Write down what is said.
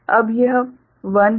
अब यह 1 है